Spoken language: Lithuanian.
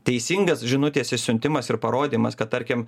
teisingas žinutės išsiuntimas ir parodymas kad tarkim